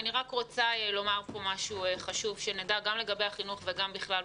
אני רק רוצה לומר כאן משהו חשוב שנדע גם לגבי החינוך וגם בכלל,